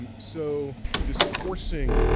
and so this forcing,